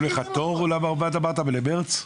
קבעו לך תור למרב"ד, אמרת, למרץ?